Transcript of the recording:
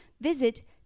visit